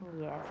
Yes